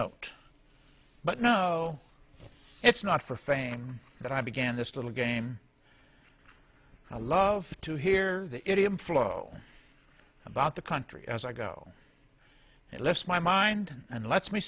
note but no it's not for fame that i began this little game i love to hear the idiom flow about the country as i go lets my mind and lets me